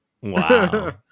Wow